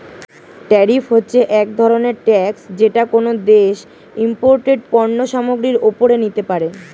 tariff হচ্ছে এক ধরনের ট্যাক্স যেটা কোনো দেশ ইমপোর্টেড পণ্য সামগ্রীর ওপরে নিতে পারে